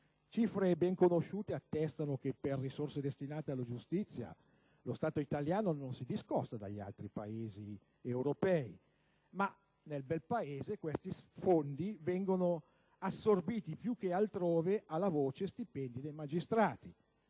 Cifre ben conosciute attestano che per risorse destinate alla giustizia lo Stato italiano non si discosta dagli altri Paesi europei, ma nel bel Paese questi fondi vengono assorbiti più che altrove dalla voce stipendi dei magistrati